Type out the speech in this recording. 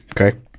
Okay